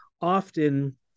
Often